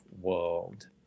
world